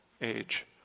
age